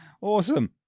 Awesome